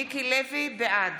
לוי, בעד